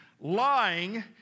Lying